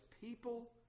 people